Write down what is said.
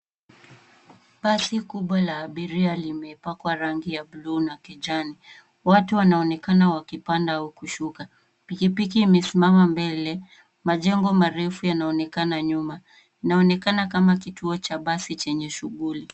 Basi kubwa la abiria limepakwa rangi ya bluu na kijani. Watu wanaonekana wakipanda au kushuka. Pikipiki imesimama mbele. Majengo marefu yanaonekana nyuma. Inaonekana kama kituo cha basi chenye shughuli.